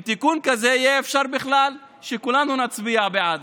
עם תיקון כזה יהיה אפשר בכלל שכולנו נצביע בעד.